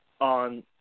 On